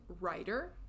Writer